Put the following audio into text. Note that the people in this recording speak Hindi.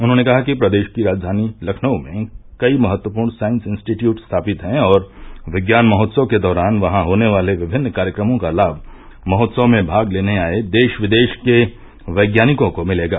उन्होंने कहा कि प्रदेश की राजधानी लखनऊ में कई महत्वपूर्ण साइंस इंस्टीट्यूट स्थापित है और विज्ञान महोत्सव के दौरान वहां होने वाले विभिन्न कार्यक्रमों का लाभ महोत्सव में भाग लेने आये देश विदेश के वैज्ञानिकों को मिलेगा